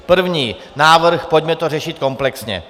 První návrh pojďme to řešit komplexně.